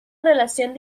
relación